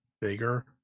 bigger